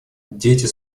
дети